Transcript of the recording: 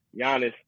Giannis